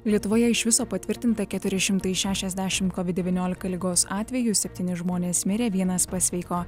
lietuvoje iš viso patvirtinta keturi šimtai šešiasdešimt kovid devyniolika ligos atvejų septyni žmonės mirė vienas pasveiko